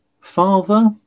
father